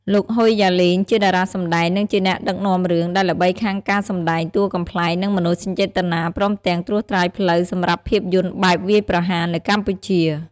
លោក ហុយ យ៉ាឡេងជាតារាសម្តែង និងជាអ្នកដឹកនាំរឿង ដែលល្បីខាងការសម្ដែងតួកំប្លែង និងមនោសញ្ចេតនា ព្រមទាំងត្រួសត្រាយផ្លូវសម្រាប់ភាពយន្តបែបវាយប្រហារ នៅកម្ពុជា។